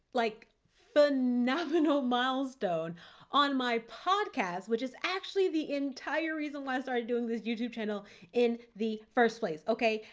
like phenomenal milestone on my podcast, which is actually the entire reason why i started doing this youtube channel in the first place. okay?